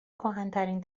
کهنترین